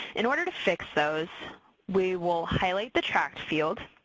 in order to fix those we will highlight the tract field,